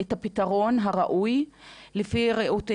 את הפתרון הראוי לפי ראות עיניכם,